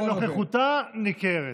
אבל נוכחותה ניכרת.